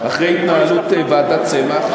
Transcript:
התנהלות ועדת צמח.